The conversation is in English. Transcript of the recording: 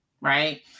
right